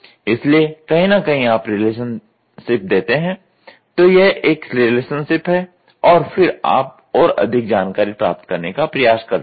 इसलिए कहीं न कहीं आप रिलेशनशिप देते हैं तो यह एक रिलेशनशिप है और फिर आप और अधिक जानकारी प्राप्त करने का प्रयास करते हैं